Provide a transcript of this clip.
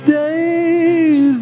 days